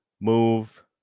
move